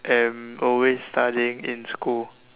am always studying in school